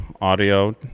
audio